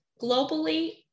globally